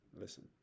Listen